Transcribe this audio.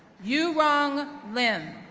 yu rong lim,